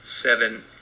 seven